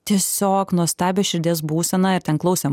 tiesiog nuostabią širdies būseną ir ten klausėm